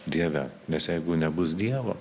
dieve nes jeigu nebus dievo